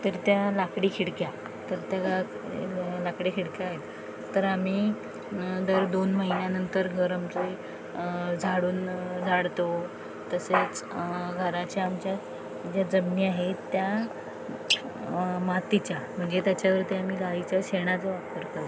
तर त्या लाकडी खिडक्या तर त्या गा लाकडी खिडक्या आहेत तर आम्ही दर दोन महिन्यानंतर घर आमचे झाडून झाडतो तसेच घराच्या आमच्या ज्या जमिनी आहेत त्या मातीच्या म्हणजे त्याच्यावरती आम्ही गाईच्या शेणाचा वापर करतो